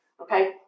Okay